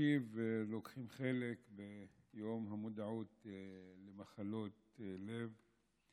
לוקחים חלק ביום המודעות למחלות לב.